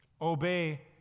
obey